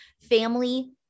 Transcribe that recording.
family